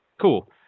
Cool